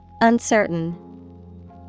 Uncertain